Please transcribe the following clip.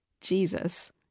Jesus